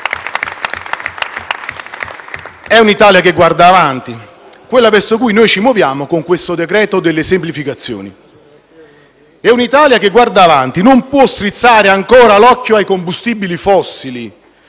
È un'Italia che guarda avanti quella verso cui ci muoviamo con questo decreto-legge semplificazioni. E un'Italia che guarda avanti non può strizzare ancora l'occhio ai combustibili fossili.